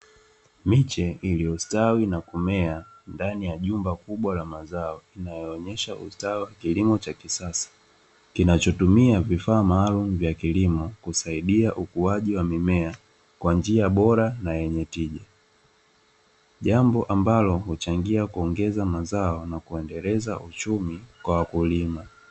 Miche uliostawi na kumea ndani ya jumba kubwa la mazao yanayoonyesha ustawi wa kilimo cha kisasa, kinachotumia vifaa maalum vya kilimo kusaidia ukuaji wa mimea kwa njia bora na yenye tija. Jambo ambalo huchangia kuongeza mazao na kuendeleza uchumi kwa wakulima.